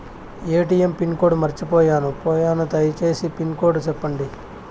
ATM pin code మర్చిపోయాను పోయాను దయసేసి పిన్ కోడ్ సెప్పండి?